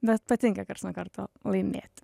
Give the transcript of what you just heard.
bet patinka karts nuo karto laimėt